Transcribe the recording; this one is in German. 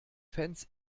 fans